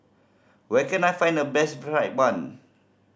where can I find the best fried bun